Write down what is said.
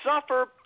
suffer